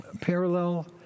parallel